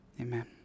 amen